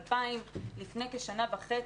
2,000. לפני כשנה וחצי,